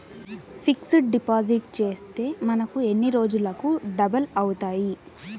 Fixed deposit చేస్తే మనకు ఎన్ని రోజులకు డబల్ అవుతాయి?